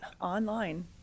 online